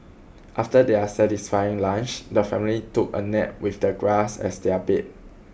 after their satisfying lunch the family took a nap with the grass as their bed